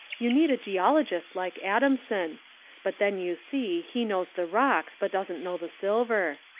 you need a geologist like adamson but then, you see, he knows the rocks, but doesn't know the sil ver.